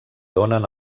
donen